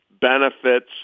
benefits